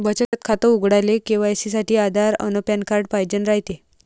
बचत खातं उघडाले के.वाय.सी साठी आधार अन पॅन कार्ड पाइजेन रायते